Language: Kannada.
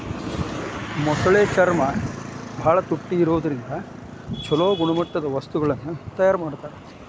ಮೊಸಳೆ ಚರ್ಮ ಬಾಳ ತುಟ್ಟಿ ಇರೋದ್ರಿಂದ ಚೊಲೋ ಗುಣಮಟ್ಟದ ವಸ್ತುಗಳನ್ನ ತಯಾರ್ ಮಾಡ್ತಾರ